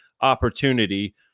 opportunity